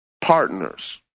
partners